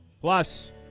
plus